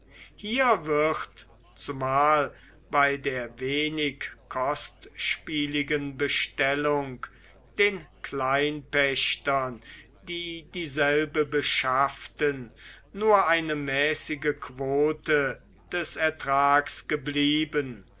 hier wird zumal bei der wenig kostspieligen bestellung den kleinpächtern die dieselbe beschafften nur eine mäßige quote des ertrags geblieben